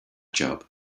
job